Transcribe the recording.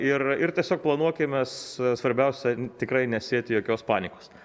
ir ir tiesiog planuokimės svarbiausia tikrai nesėti jokios panikos